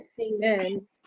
Amen